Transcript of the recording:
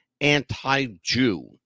anti-Jew